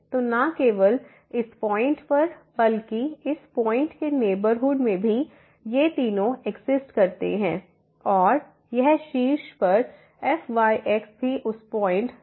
तो न केवल इस पॉइंट पर बल्कि इस पॉइंट के नेबरहुड में भी ये तीनों एक्सिस्ट करते हैं और यह शीर्ष पर fyx भी उस पॉइंट 0 0 पर कंटिन्यूस है